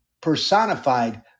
personified